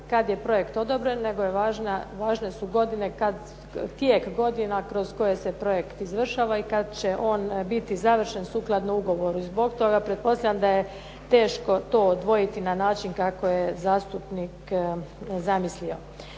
kada je projekt odobren, nego je važan tijek godina kroz koje se projekt izvršava i kada će on biti završen sukladno ugovoru. I zbog toga pretpostavljam da je teško to odvojiti na način kako je zastupnik zamislio.